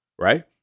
right